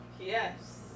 Yes